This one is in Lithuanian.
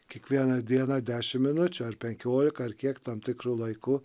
kiekvieną dieną dešim minučių ar penkiolika ar kiek tam tikru laiku